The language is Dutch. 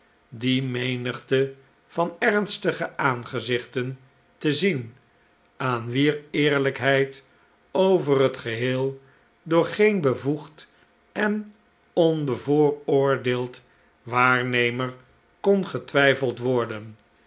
die menigte van ernstige aangezichten te zien aan wier eerlijkheid over het geheel door geen bevoegd en onbevooroordeeld waarnemer kon getwijfeld worden